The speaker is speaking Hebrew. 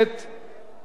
מאיר שטרית.